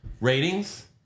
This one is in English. ratings